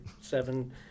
seven